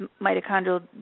mitochondrial